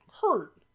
hurt